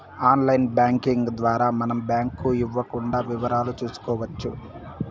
online banking ద్వారా మనం bank ఇవ్వకుండా వివరాలు చూసుకోవచ్చు